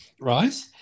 right